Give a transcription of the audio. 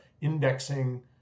indexing